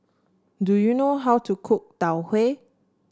do you know how to cook Tau Huay